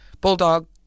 bulldog